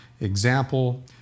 example